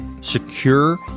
secure